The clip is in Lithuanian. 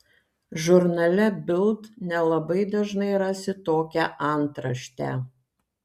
žurnale bild nelabai dažnai rasi tokią antraštę